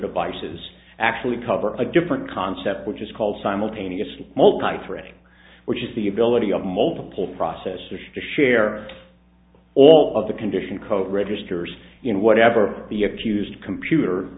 devices actually cover a different concept which is called simultaneously multithreading which is the ability of multiple processors to share all of the condition code registers and whatever of the accused computer